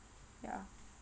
ya